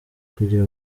kugira